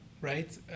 right